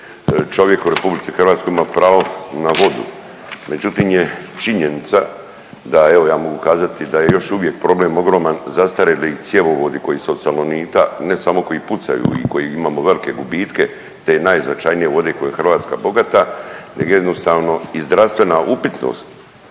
čovjek u RH ima pravo na vodu, međutim, je činjenica da evo, ja mogu kazati da je još uvijek problem ogroman zastarjeli cjevovodi koji su od salonita, ne samo koji pucaju, koji imamo velike gubitke te je najznačajnije vode koju Hrvatska bogata nego jednostavno, i zdravstvena upitnost